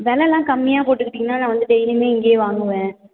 விலல்லாம் கம்மியா போட்டுக்கிட்டீங்கன்னால் நான் வந்து டெய்லியுமே இங்கேயே வாங்குவேன்